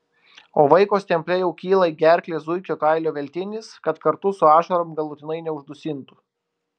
o vaiko stemple jau kyla į gerklę zuikio kailio veltinis kad kartu su ašarom galutinai neuždusintų